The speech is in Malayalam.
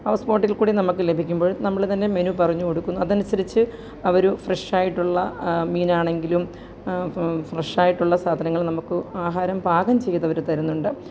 ഹൗസ് ബോട്ടില് കൂടി നമുക്ക് ലഭിക്കുമ്പോള് നമ്മൾ തന്നെ മെനു പറഞ്ഞുകൊടുക്കുന്നു അതനുസരിച്ച് അവർ ഫ്രഷ് ആയിട്ടുള്ള മീൻ ആണെങ്കിലും ഫ്ര ഫ്രഷ് ആയിട്ടുള്ള സാധനങ്ങൾ നമുക്ക് ആഹാരം പാകം ചെയ്ത അവർ തരുന്നുണ്ട്